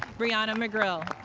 briana mcguirl.